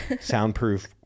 soundproof